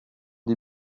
des